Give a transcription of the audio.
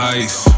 ice